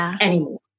anymore